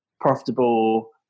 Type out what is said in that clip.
profitable